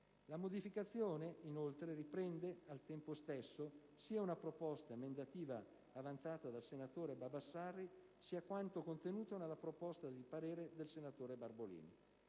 La modificazione inoltre riprende al tempo stesso, sia una proposta emendativa avanzata dal senatore Baldassarri, sia quanto contenuto nella proposta di parere del senatore Barbolini.